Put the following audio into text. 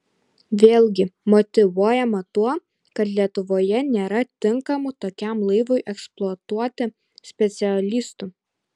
vėlgi motyvuojama tuo kad lietuvoje nėra tinkamų tokiam laivui eksploatuoti specialistų